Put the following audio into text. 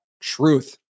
truth